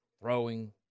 throwing